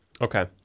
Okay